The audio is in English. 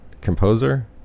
composer